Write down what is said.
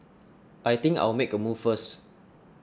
I think I'll make a move first